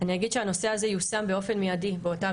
אני אגיד שהנושא הזה יושם באופן מיידי באותה